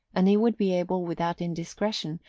and he would be able, without indiscretion,